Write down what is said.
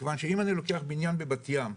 מכיוון שאם אני לוקח בניין בבת ים,